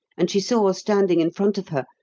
and she saw standing in front of her,